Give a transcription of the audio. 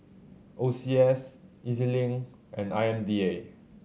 O C S E Z Link and I M D A